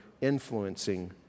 influencing